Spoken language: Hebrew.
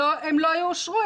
הן לא יאושרו,